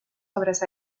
obras